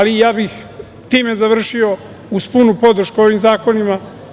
Time bih ja završio, uz punu podršku ovim zakonima.